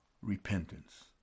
repentance